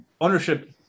ownership